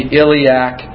iliac